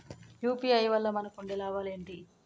UPI వల్ల మనకు ఉండే లాభాలు ఏంటి?